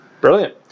Brilliant